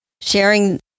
sharing